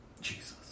Jesus